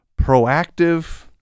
proactive